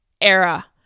era